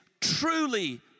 truly